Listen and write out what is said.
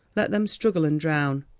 let them struggle and drown,